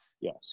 yes